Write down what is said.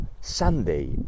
sunday